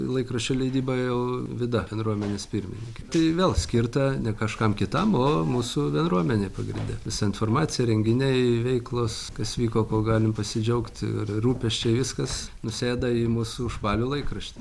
laikraščio leidyba jau vida bendruomenės pirmininkė tai vėl skirta ne kažkam kitam o mūsų bendruomenei pagrinde visa informacija renginiai veiklos kas vyko kuo galim pasidžiaugt ir rūpesčiai viskas nusėda į mūsų užpalių laikraštį